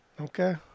Okay